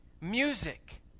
music